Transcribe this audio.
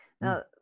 Now